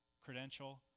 credential